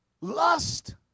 lust